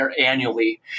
annually